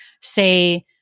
say